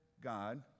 God